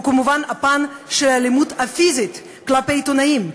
כמובן האלימות הפיזית כלפי עיתונאים,